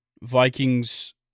Vikings